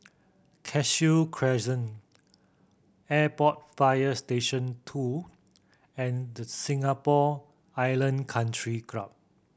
Cashew Crescent Airport Fire Station Two and Singapore Island Country Club